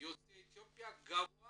יוצאי אתיופיה גבוה